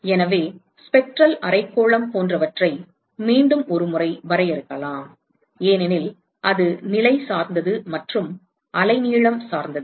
எனவே ஸ்பெக்ட்ரல் அரைக்கோளம் போன்றவற்றை மீண்டும் ஒருமுறை வரையறுக்கலாம் ஏனெனில் அது நிலை சார்ந்தது மற்றும் அலைநீளம் சார்ந்தது